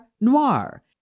Noir